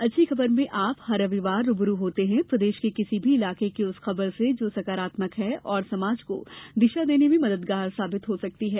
अच्छी खबरमें आप हर रविवार रूबरू होते हैं प्रदेश के किसी भी इलाके की उस खबर से जो सकारात्मक है और समाज को दिशा देने में मददगार हो सकती है